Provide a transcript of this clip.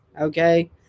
okay